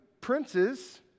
princes